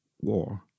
war